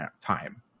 time